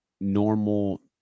normal